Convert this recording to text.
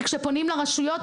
כי כשפונים לרשות,